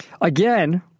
Again